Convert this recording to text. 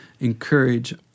encourage